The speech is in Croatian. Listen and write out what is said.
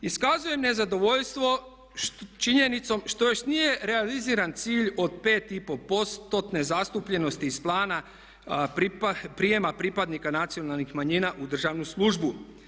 Iskazujem nezadovoljstvo činjenicom što još nije realiziran cilj od pet i pol postotne zastupljenosti iz plana prijema pripadnika nacionalnih manjina u državnu službu.